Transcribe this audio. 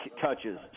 touches